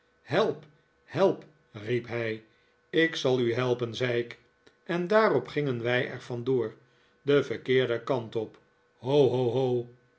help help riep hij ik zal u helpen zei ik en daarop gingen wij er yandoor den verkeerden kant op ho